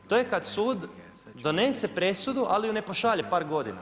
To je kad sud donesen presudu ali je ne pošalje par godina.